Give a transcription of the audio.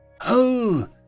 Oh